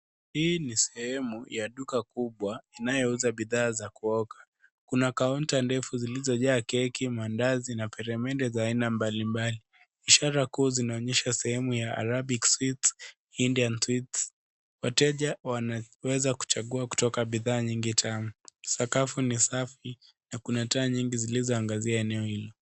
Hii ni sehemu ya duka kubwa inayouza bidhaa za kuoka. Kuna kaunta ndefu zilizojaa keki, mandazi na peremende za aina mbalimbali, ishara kuwa zinaonyesha sehemu ya Arabic sweets , Indian sweets . Wateja wanaweza kuchagua kutoka bidhaa nyingi tamu. Sakafu ni safi na kuna taa nyingi zilizoangazia eneo hilo.